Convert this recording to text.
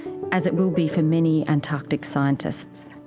as it will be for many antarctic scientists.